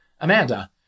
Amanda